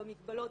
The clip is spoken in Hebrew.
במגבלות,